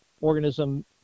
organism